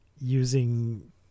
using